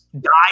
die